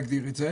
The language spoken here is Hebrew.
נגדיר את זה,